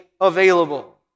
available